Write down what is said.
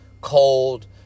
cold